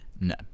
No